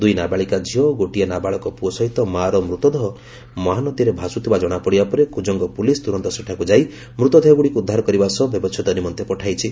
ଦୁଇ ନାବାଳିକା ଝିଅ ଓ ଗୋଟିଏ ନାବାଳକ ପୁଅ ସହିତ ମାଆର ମୃତଦେହ ମହାନଦୀର ଭାସୁଥିବା ଜଣାପଡିବା ପରେ କୁଜଙ୍ଙ ପୁଲିସ ତୁରନ୍ତ ସେଠାକୁ ଯାଇ ମୃତଦେହଗୁଡ଼ିକୁ ଉଦ୍ଧାର କରିବା ସହ ବ୍ୟବଛେଦ ନିମନ୍ତେ ପଠାଇଛି